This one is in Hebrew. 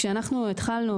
כשאנחנו התחלנו,